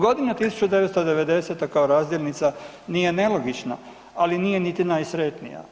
Godina 1990. kao razdjelinica nije nelogična, ali nije niti najsretnija.